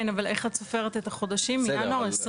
כן אבל איך סופרת את החודשים מינואר 2023?